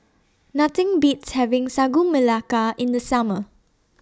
Nothing Beats having Sagu Melaka in The Summer